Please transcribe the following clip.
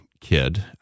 kid